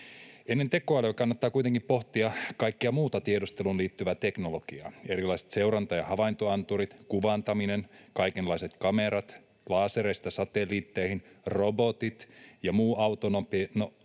Ennen tekoälyä kannattaa kuitenkin pohtia kaikkea muuta tiedusteluun liittyvää teknologiaa: on erilaiset seuranta- ja havaintoanturit, kuvantaminen, kaikenlaiset kamerat lasereista satelliitteihin, robotit ja muu autonomia